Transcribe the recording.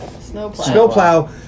snowplow